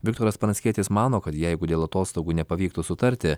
viktoras pranckietis mano kad jeigu dėl atostogų nepavyktų sutarti